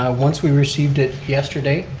um once we received it yesterday.